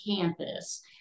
campus